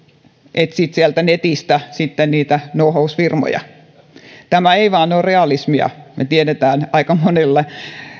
etsit netistä sitten niitä nuohousfirmoja me tiedämme että tämä ei vain ole realismia aika monille